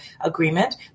Agreement